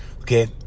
Okay